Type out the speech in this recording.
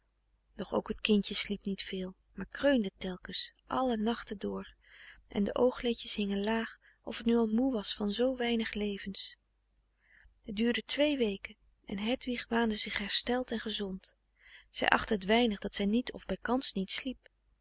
doch ook t kindje sliep niet veel maar kreunde telkens alle nachten door en de oogleedjes hingen laag of t nu al moe was van zoo weinig levens het duurde twee weken en hedwig waande zich hersteld en gezond zij achtte t weinig dat zij niet of bijkans niet sliep